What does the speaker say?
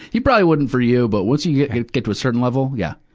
he probably wouldn't for you, but once you get to a certain level, yeah,